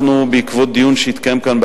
בעקבות דיון שהתקיים כאן,